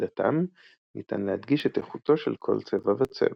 הנגדתם ניתן להדגיש את איכותו של כל צבע וצבע.